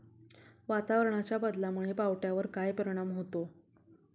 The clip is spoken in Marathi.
वातावरणाच्या बदलामुळे पावट्यावर काय परिणाम होतो?